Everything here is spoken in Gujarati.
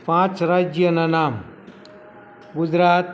પાંચ રાજ્યનાં નામ ગુજરાત